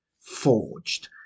forged